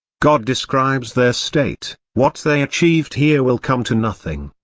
god describes their state what they achieved here will come to nothing.